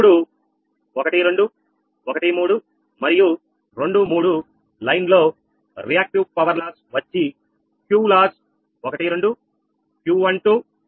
ఇప్పుడు1 2 1 3 and 2 3 line లో reactive power loss వచ్చిQLOSS 12 Q12 Q21